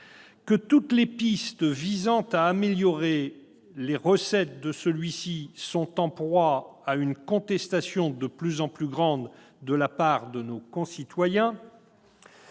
que toutes les pistes visant à améliorer les recettes de celui-ci sont en proie à une contestation de plus en plus grande de la part de nos concitoyens,